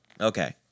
Okay